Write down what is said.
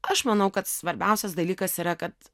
aš manau kad svarbiausias dalykas yra kad